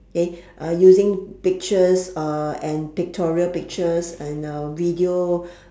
K using pictures uh and pictorial pictures and uh video